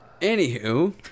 Anywho